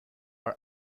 are